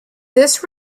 this